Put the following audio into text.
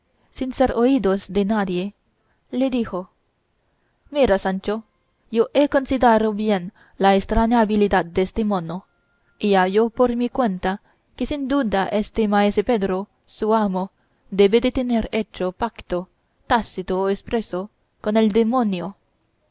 sin ser oídos de nadie le dijo mira sancho yo he considerado bien la estraña habilidad deste mono y hallo por mi cuenta que sin duda este maese pedro su amo debe de tener hecho pacto tácito o espreso con el demonio